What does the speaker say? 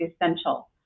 essential